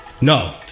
no